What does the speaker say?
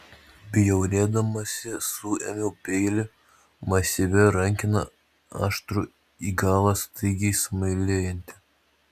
bjaurėdamasi suėmiau peilį masyvia rankena aštrų į galą staigiai smailėjantį